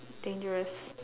dangerous